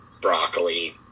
broccoli